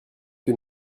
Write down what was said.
que